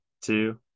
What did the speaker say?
two